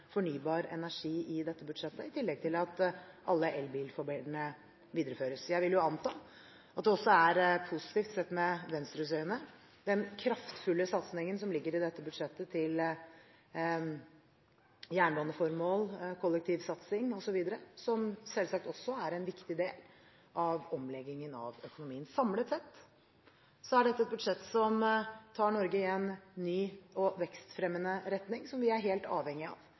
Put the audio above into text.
fornybar energi i dette budsjettet, i tillegg til at alle elbilfordelene videreføres. Jeg vil jo anta at det er positivt, sett også med Venstres øyne, med den kraftfulle satsingen som ligger i dette budsjettet på jernbane- og kollektivformål osv., som selvsagt også er en viktig del av omleggingen av økonomien. Samlet sett er dette et budsjett som tar Norge i en ny og vekstfremmende retning, som vi er helt avhengig av